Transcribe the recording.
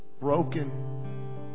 broken